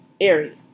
area